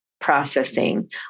processing